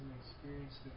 experience